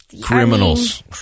Criminals